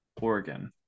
Oregon